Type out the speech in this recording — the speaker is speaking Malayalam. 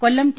കൊല്ലം ടി